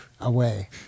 away